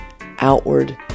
outward